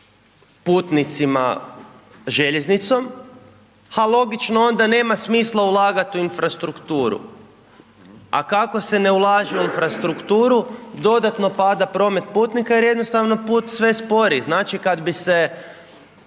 putnicima željeznicom, a logično onda nema smisla ulagat u infrastrukturu, a kako se ne ulaže u infrastrukturu dodatno pada promet putnika jer jednostavno put sve je sporiji, znači, kad bi se